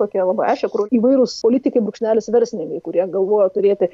tokia labai aiškia kur įvairūs politikai brūkšnelis verslininkai kurie galvoja turėti